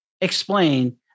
explain